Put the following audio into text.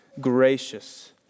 gracious